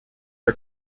are